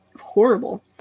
horrible